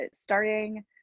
starting